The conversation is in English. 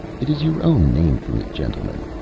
it is your own name for me, gentlemen,